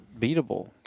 beatable